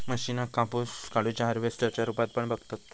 मशीनका कापूस काढुच्या हार्वेस्टर च्या रुपात पण बघतत